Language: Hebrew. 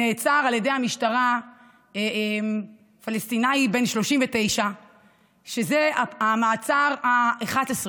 נעצר על ידי המשטרה פלסטיני בן 39 שזה המעצר ה-11 שלו.